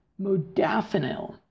modafinil